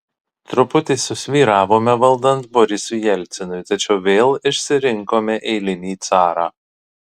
truputį susvyravome valdant borisui jelcinui tačiau vėl išsirinkome eilinį carą